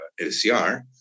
LCR